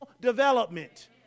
development